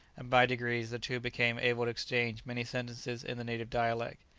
and by degrees, the two became able to exchange many sentences in the native dialect.